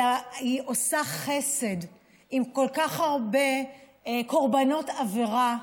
אלא היא עושה חסד עם כל כך הרבה קורבנות עבירה.